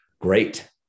Great